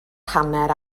hanner